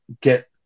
get